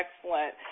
Excellent